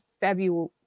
February